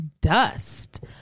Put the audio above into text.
dust